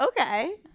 Okay